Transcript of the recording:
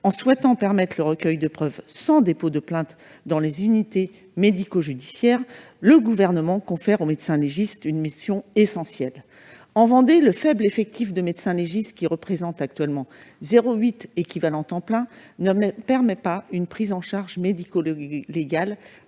en souhaitant permettre le recueil de preuves sans dépôt de plainte dans les unités médico-judiciaires, il a conféré aux médecins légistes une mission essentielle. En Vendée, le faible effectif de médecins légistes, qui représente actuellement 0,8 équivalent temps plein (ETP), ne permet pas une prise en charge médico-légale